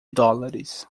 dólares